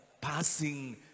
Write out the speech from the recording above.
passing